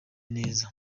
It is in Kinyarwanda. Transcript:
neza